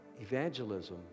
evangelism